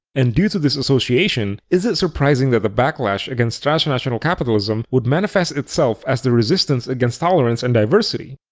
and due to this association, is it surprising that the backlash against transnational capitalism would manifest itself as the resistance against tolerance and diversity?